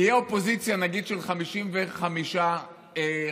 תהיה אופוזיציה, נגיד, של 55 ח"כים,